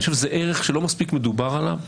אני חושב שזה ערך שלא מספיק מדובר עליו.